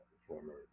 former